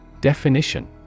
Definition